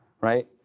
right